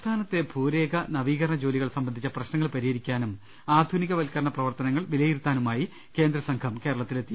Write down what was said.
സംസ്ഥാനത്തെ ഭൂരേഖ നവീകരണ ജോലികൾ സംബന്ധിച്ച പ്രശ്ന ങ്ങൾ പരിഹരിക്കാനും ആധുനിക വൽക്കരണ പ്രവർത്തനങ്ങൾ വിലയിരു ത്താനുമായി കേന്ദ്ര സംഘം കേരളത്തിലെത്തി